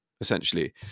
essentially